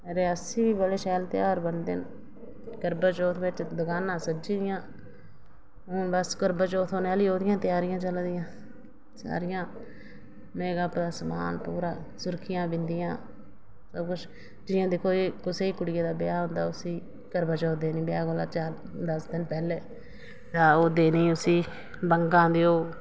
रियासी बड़े शैल ध्यार बनदे न करवाचौथ बिच दकानां सज्जी दियां न हून बस करवाचौथ औने आह्ली ओह्दियां त्यारियां चला दियां न सारियां मेकअप दा समान पूर सूरखी बिंदियां दिक्खो जी जियां कुसै कुड़ियै दा ब्याह् होंदा करवाचौथ देनी दस्स दिन ब्याह् कोला पैह्लें आं ओऔह् देने उसी बंग्गां देओ